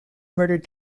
murdered